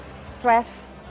stress